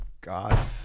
God